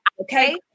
okay